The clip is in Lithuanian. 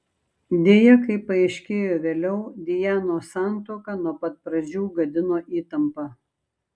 deja kaip paaiškėjo vėliau dianos santuoką nuo pat pradžių gadino įtampa